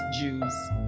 Jews